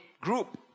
group